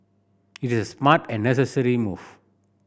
it is a smart and necessary move